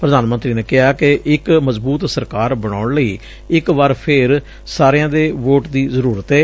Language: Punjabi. ਪਧਾਨ ਮੰਤਰੀ ਨੇ ਕਿਹਾ ਕਿ ਇਕ ਮਜ਼ਬੂਤ ਸਰਕਾਰ ਬਣਾਉਣ ਲਈ ਇਕ ਵਾਰ ਫੇਰ ਸਾਰਿਆਂ ਦੇ ਵੋਟ ਦੀ ਜ਼ਰੁਰਤ ਏ